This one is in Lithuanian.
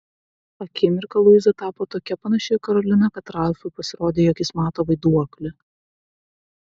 akimirką luiza tapo tokia panaši į karoliną kad ralfui pasirodė jog jis mato vaiduoklį